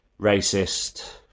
racist